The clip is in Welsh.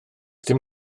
dim